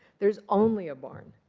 there's only a barn.